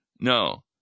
No